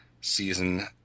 season